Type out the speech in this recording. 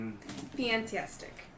Fantastic